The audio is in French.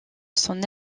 son